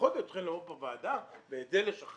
לפחות היו צריכים להראות בוועדה ואת זה לשחרר.